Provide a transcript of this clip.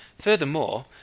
Furthermore